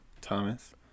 Thomas